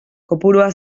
kopurua